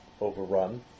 overrun